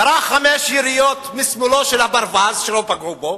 ירה חמש יריות משמאלו של הברווז, שלא פגעו בו,